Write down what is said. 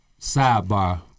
sidebar